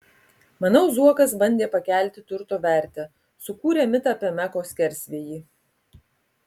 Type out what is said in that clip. manau zuokas bandė pakelti turto vertę sukūrė mitą apie meko skersvėjį